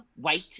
white